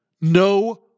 No